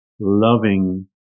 loving